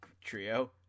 trio